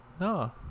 No